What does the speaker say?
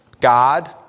God